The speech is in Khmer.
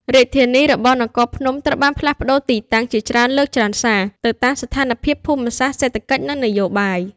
រាជធានីរបស់នគរភ្នំត្រូវបានផ្លាស់ប្តូរទីតាំងជាច្រើនលើកច្រើនសា ទៅតាមស្ថានភាពភូមិសាស្ត្រ សេដ្ឋកិច្ច និងនយោបាយ។